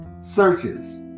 searches